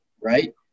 right